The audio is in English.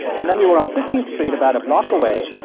and then we were on fifteenth street about a block away,